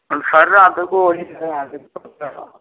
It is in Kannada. ಸರ್ ಅದಕ್ಕು ಹೊಡಿತಾರೆ ಅದು ಕೊಡ್ತಾರೆ